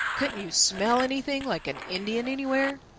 couldn't you smell anything like an indian anywhere?